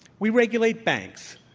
we regulate banks.